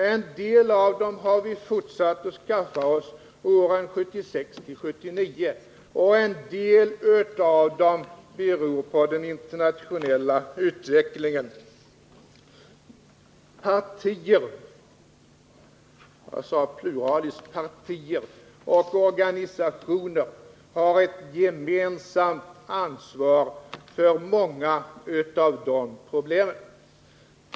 En del av dem har vi fortsatt att skaffa oss åren 1976-1979, och en del av dem beror på den internationella utvecklingen. Partier — observera att jag använder pluralis — och organisationer har ett gemensamt ansvar för många av de problemen.